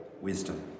Wisdom